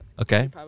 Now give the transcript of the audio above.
Okay